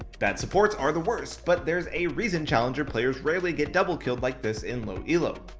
bad supports are the worst, but there's a reason challenger players rarely get double killed like this in low elo.